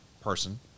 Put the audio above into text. person